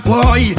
Boy